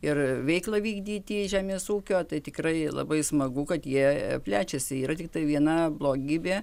ir veiklą vykdyti žemės ūkio tai tikrai labai smagu kad jie plečiasi yra tiktai viena blogybė